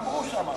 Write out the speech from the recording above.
מה אמרו שם?